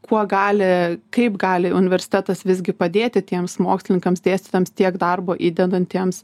kuo gali kaip gali universitetas visgi padėti tiems mokslininkams dėstytojams tiek darbo įdedantiems